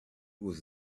was